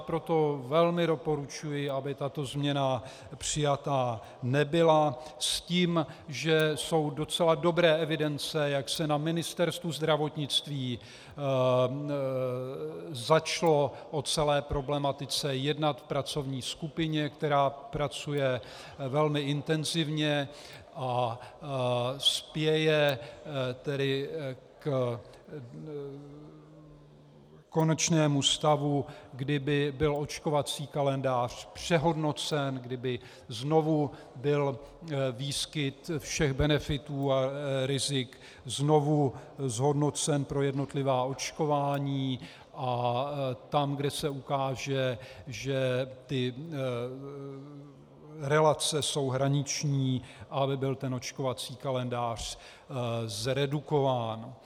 Proto velmi doporučuji, aby tato změna přijata nebyla, s tím, že jsou docela dobré evidence, jak se na Ministerstvu zdravotnictví začalo o celé problematice jednat v pracovní skupině, která pracuje velmi intenzivně a spěje ke konečnému stavu, kdy by byl očkovací kalendář přehodnocen, kdy by znovu byl výskyt všech benefitů a rizik zhodnocen pro jednotlivá očkování, a tam, kde se ukáže, že relace jsou hraniční, by byl očkovací kalendář zredukován.